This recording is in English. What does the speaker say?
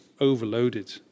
overloaded